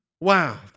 Wow